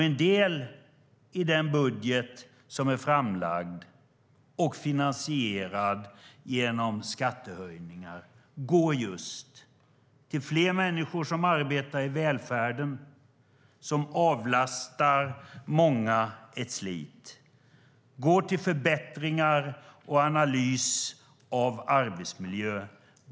En del i den budget som är framlagd och finansierad genom skattehöjningar går just till fler människor som arbetar i välfärden, som avlastar många ett slit. Det går till förbättringar och analys av arbetsmiljö.